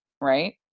right